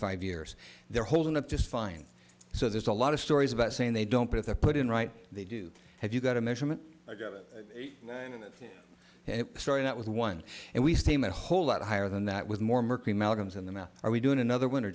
five years they're holding up just fine so there's a lot of stories about saying they don't put their foot in right they do have you got a measurement and it started out with one and we steam a whole lot higher than that with more murky amalgams in the mouth are we doing another winner